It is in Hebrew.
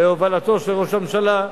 בהובלתו של ראש הממשלה,